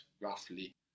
roughly